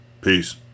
Peace